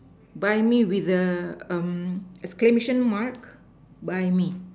buy me with a um exclamation mark buy me